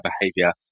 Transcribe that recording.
behavior